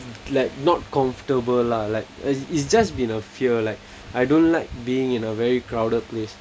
like not comfortable lah like it's it's just been a fear like I don't like being in a very crowded place